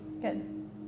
Good